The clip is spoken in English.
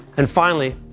and finally,